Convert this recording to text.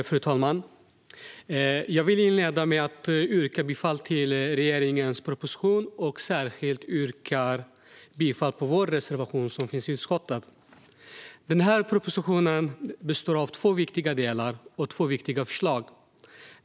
Fru talman! Jag vill inleda med att yrka bifall till regeringens proposition. Jag yrkar bifall särskilt till vår reservation i utskottets betänkande. Propositionen består av två viktiga delar, två viktiga förslag.